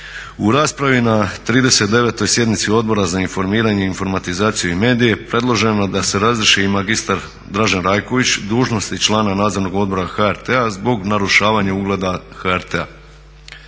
U raspravi na 39. sjednici Odbora za informiranje, informatizaciju i medije predloženo je da se razriješi i magistar Dražen Rajković dužnosti člana Nadzornog odbora HRT-a zbog narušavanja ugleda HRT-a.